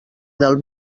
del